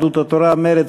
מרצ,